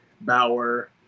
bauer